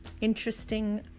interesting